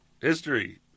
history